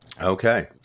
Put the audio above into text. Okay